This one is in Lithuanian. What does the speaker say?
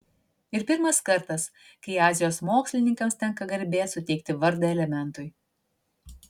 ir pirmas kartas kai azijos mokslininkams tenka garbė suteikti vardą elementui